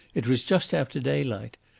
it was just after daylight.